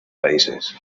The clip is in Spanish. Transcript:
países